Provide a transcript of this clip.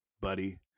buddy